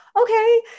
okay